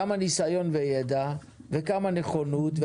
כמה ניסיון וידע וכמה נכונות,